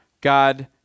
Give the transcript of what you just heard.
God